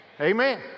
Amen